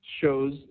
shows